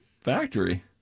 factory